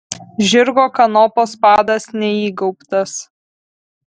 žirgo kanopos padas neįgaubtas